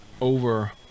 over